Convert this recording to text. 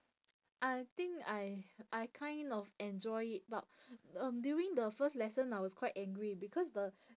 I think I I kind of enjoy it but um during the first lesson I was quite angry because the